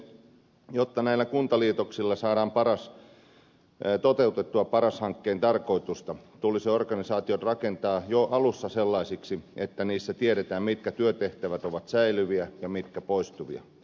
jotta näillä kuntaliitoksilla saadaan toteutettua paras hankkeen tarkoitusta tulisi organisaatiot rakentaa jo alussa sellaisiksi että niissä tiedetään mitkä työtehtävät ovat säilyviä ja mitkä poistuvia